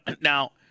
now